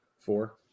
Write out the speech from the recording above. Four